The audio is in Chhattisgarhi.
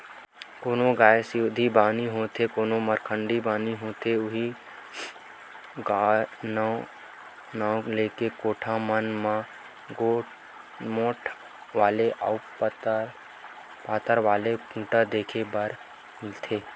कोनो गाय सिधवी बानी होथे कोनो मरखंडी बानी होथे उहीं नांव लेके कोठा मन म मोठ्ठ वाले अउ पातर वाले खूटा देखे बर मिलथे